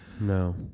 No